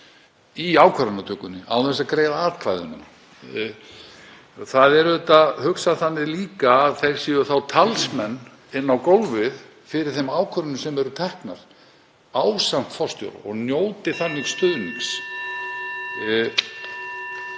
í ákvarðanatökunni án þess að greiða atkvæði. Það er auðvitað hugsað þannig líka að þeir séu talsmenn inn á gólfið fyrir þeim ákvörðunum sem eru teknar ásamt forstjóra og njóti þannig stuðnings,